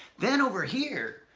then over here,